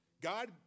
God